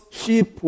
sheep